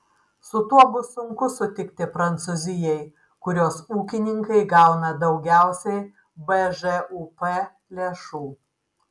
su tuo bus sunku sutikti prancūzijai kurios ūkininkai gauna daugiausiai bžūp lėšų